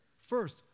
first